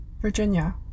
Virginia